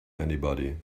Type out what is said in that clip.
anybody